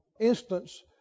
instance